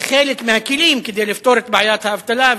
חלק מהכלים לפתור את בעיית האבטלה,